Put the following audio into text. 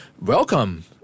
welcome